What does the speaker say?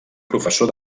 professor